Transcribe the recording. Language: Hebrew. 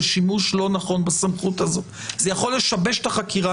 שימוש לא נכון בסמכות הזאת; זה יכול לשבש את החקירה,